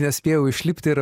nespėjau išlipt ir